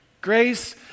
grace